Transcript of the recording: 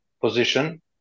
position